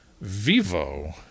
Vivo